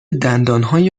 دندانهای